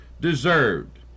deserved